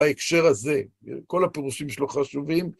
בהקשר הזה. כל הפירושים שלו חשובים...